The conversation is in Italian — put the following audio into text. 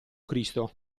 cristo